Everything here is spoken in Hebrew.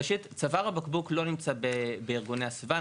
ראשית, צוואר הבקבוק לא נמצא בארגוני הסביבה.